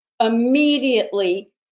Immediately